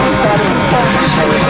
satisfaction